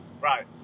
Right